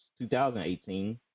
2018